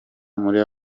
muri